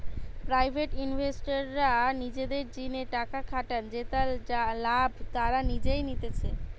private ইনভেস্টররা নিজেদের জিনে টাকা খাটান জেতার লাভ তারা নিজেই নিতেছে